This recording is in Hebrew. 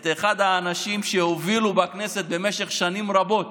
את אחד האנשים שהובילו בכנסת במשך שנים רבות